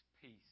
peace